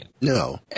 No